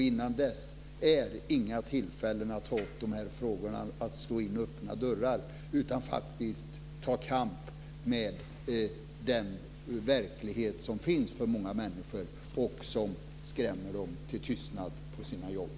Innan dess är det inte vid något tillfälle att slå in öppna dörrar när man tar upp de här frågorna, utan det är att ta kamp med den verklighet som finns för många människor och som skrämmer dem till tystnad på deras jobb.